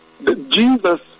Jesus